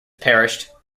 perished